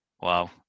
Wow